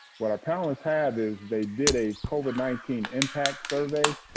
what our panelists have is they did a covid nineteen impact survey.